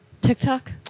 TikTok